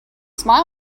smile